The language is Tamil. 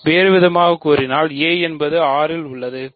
வேறுவிதமாகக் கூறினால் a என்பது R இல் உள்ளது a I 0 I